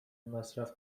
مصرف